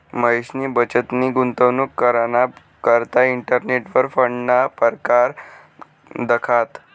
महेशनी बचतनी गुंतवणूक कराना करता इंटरनेटवर फंडना परकार दखात